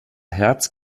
herz